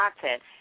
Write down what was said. content